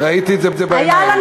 ראיתי את זה בעיניים.